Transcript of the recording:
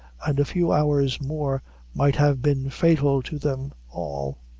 and a few hours more might have been fatal to them all.